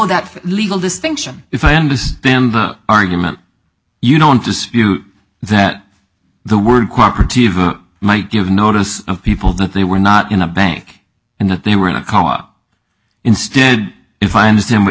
for legal distinction if i understand the argument you don't dispute that the word corporative might give notice of people that they were not in a bank and that they were in a comma instead if i understand what